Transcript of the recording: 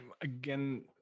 again